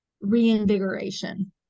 reinvigoration